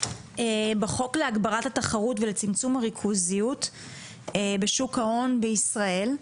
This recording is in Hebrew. חוק להגברת התחרות וצמצום הריכוזיות בשוק ההון בישראל,